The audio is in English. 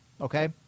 okay